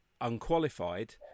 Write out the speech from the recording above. unqualified